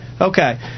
Okay